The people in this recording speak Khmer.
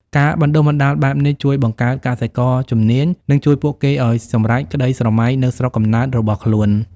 ការបណ្តុះបណ្តាលបែបនេះជួយបង្កើតកសិករជំនាញនិងជួយពួកគេឱ្យសម្រេចក្តីស្រមៃនៅស្រុកកំណើតរបស់ខ្លួន។